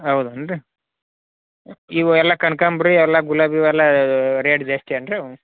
ಹೌದೆನ್ರೀ ಇವು ಎಲ್ಲ ಕನಕಾಂಬರಿ ಎಲ್ಲ ಗುಲಾಬಿ ಹೂವು ಎಲ್ಲ ರೇಟ್ ಜಾಸ್ತಿ ಏನು ರೀ ಇವ್